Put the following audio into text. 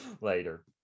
Later